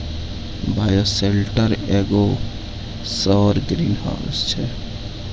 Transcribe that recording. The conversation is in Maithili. बायोसेल्टर एगो सौर ग्रीनहाउस छै